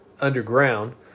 underground